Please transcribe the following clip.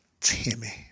Timmy